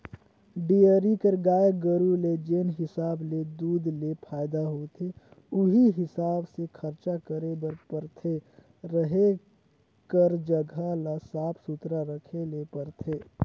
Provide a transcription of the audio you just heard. dairy कर गाय गरू ले जेन हिसाब ले दूद ले फायदा होथे उहीं हिसाब ले खरचा करे बर परथे, रहें कर जघा ल साफ सुथरा रखे ले परथे